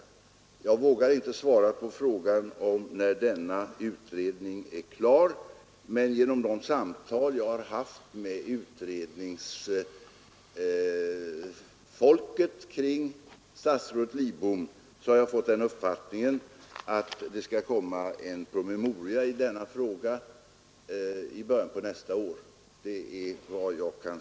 Jag vågar inte svara på frågan om när denna utredning är klar. Genom de samtal jag har haft med utredningsfolket kring statsrådet Lidbom har jag dock fått den uppfattningen att det skall komma en promemoria i denna fråga i början på nästa år.